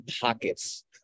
pockets